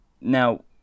now